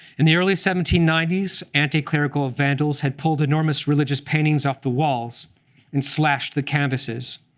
in the early seventeen ninety s, anti-clerical vandals had pulled enormous religious paintings off the walls and slashed the canvases.